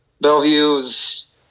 Bellevue's